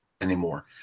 anymore